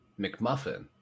McMuffin